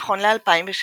נכון ל-2016